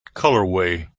colorway